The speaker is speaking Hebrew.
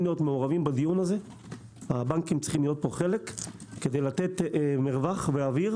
להיות מעורבים בכך כדי לתת מרווח ואוויר,